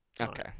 Okay